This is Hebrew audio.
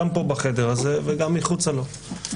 גם פה בחדר הזה וגם מחוצה לו,